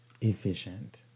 Efficient